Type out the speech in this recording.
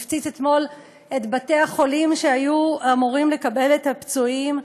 הוא הפציץ אתמול את בתי-החולים שהיו אמורים לקבל את הפצועים.